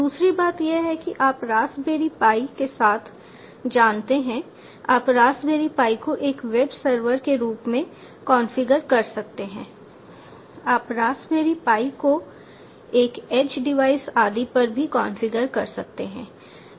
दूसरी बात यह है कि आप रास्पबेरी पाई के साथ जानते हैं आप रास्पबेरी पाई को एक वेब सर्वर के रूप में कॉन्फ़िगर कर सकते हैं आप रास्पबेरी पाई को एक एज डिवाइस आदि पर भी कॉन्फ़िगर कर सकते हैं